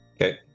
Okay